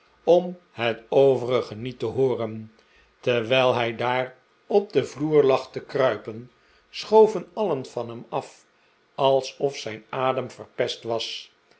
om het overige niet te hooren terwijl hij daar op den vloer lag te kruipen schoven alien van hem af alsof zijn adem verpest was